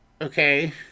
okay